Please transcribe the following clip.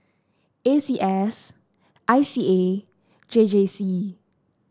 A C S I C A J J C